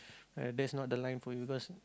ah that's not the line for you cause